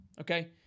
Okay